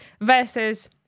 versus